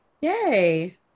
Yay